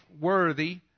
worthy